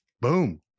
Boom